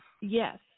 Yes